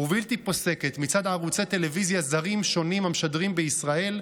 ובלתי פוסקת מצד ערוצי טלוויזיה זרים שונים המשדרים בישראל,